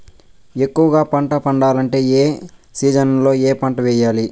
ఎక్కువగా పంట పండాలంటే ఏ సీజన్లలో ఏ పంట వేయాలి